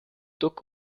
duck